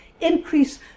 increase